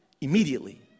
immediately